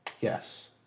Yes